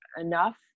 enough